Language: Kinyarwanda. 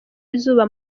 y’izuba